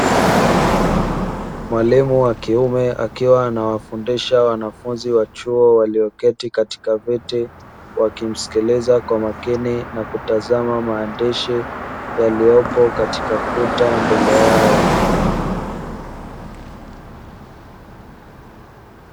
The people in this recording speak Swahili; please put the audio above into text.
Mwalimu wa kiume, akiwa anawafundisha wanafunzi wa chuo walioketi katika viti, wakimsikiliza kwa makini na kutazama maandishi yaliyopo katika kuta mbele yao.